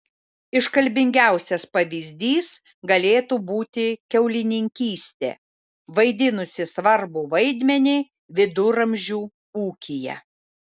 iškalbingiausias pavyzdys galėtų būti kiaulininkystė vaidinusi svarbų vaidmenį viduramžių ūkyje